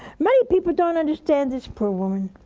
many people don't understand this poor woman